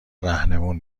رهنمون